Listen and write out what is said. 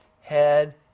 head